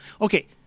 Okay